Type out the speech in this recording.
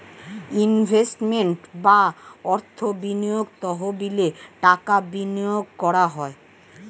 investment বা অর্থ বিনিয়োগ তহবিলে টাকা বিনিয়োগ করা হয়